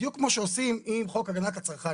בדיוק כמו שעושים עם חוק הגנת הצרכן,